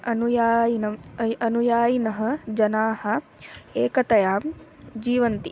अनुयायिनम् अयम् अनुयायिनः जनाः एकतया जीवन्ति